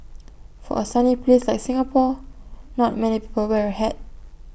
for A sunny place like Singapore not many people wear A hat